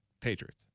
Patriots